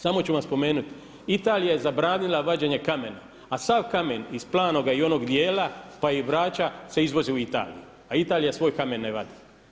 Samo ću vam spomenuti Italija je zabranila vađenje kamena, a sav kamen iz … i onog dijela pa i Brača se izvozi u Italiju, a Italija svoj kamen ne vadi.